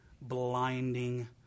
blinding